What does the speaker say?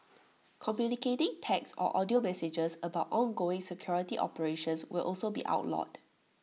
communicating text or audio messages about ongoing security operations will also be outlawed